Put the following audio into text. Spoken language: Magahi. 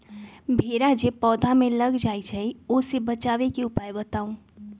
भेरा जे पौधा में लग जाइछई ओ से बचाबे के उपाय बताऊँ?